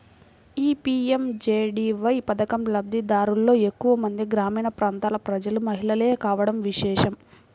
ఈ పీ.ఎం.జే.డీ.వై పథకం లబ్ది దారులలో ఎక్కువ మంది గ్రామీణ ప్రాంతాల ప్రజలు, మహిళలే కావడం విశేషం